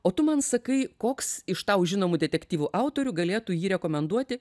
o tu man sakai koks iš tau žinomų detektyvų autorių galėtų jį rekomenduoti